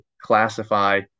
classify